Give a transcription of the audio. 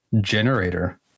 generator